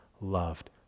loved